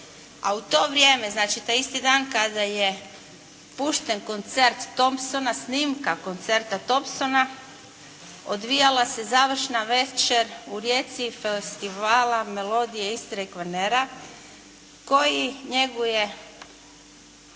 a u to vrijeme, znači taj isti dan kada je pušten koncert Thompsona, snimka koncerta Thompsona odvijala se završna večer u Rijeci festivala melodije Istre i Kvarnera koji njeguje